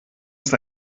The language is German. ist